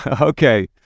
Okay